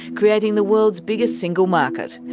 creating the world's biggest single market.